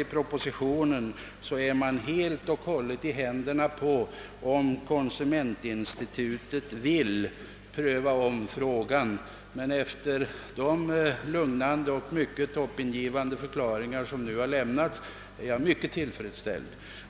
av propositionen är man helt beroende av om konsumentinstitutet vill ompröva frågan. Efter de lugnande och mycket hoppingivande förklaringar som lämnats är jag mycket tillfredsställd.